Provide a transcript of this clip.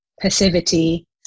passivity